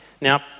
Now